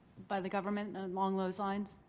by the government along those lines?